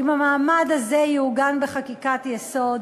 אם המעמד הזה יעוגן בחקיקת-יסוד,